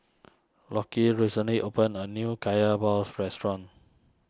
Lockie recently opened a new Kaya Balls restaurant